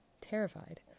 terrified